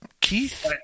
Keith